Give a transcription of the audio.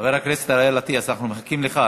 חבר הכנסת אריאל אטיאס, אנחנו מחכים לך.